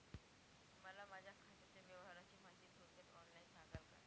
मला माझ्या खात्याच्या व्यवहाराची माहिती थोडक्यात ऑनलाईन सांगाल का?